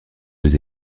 deux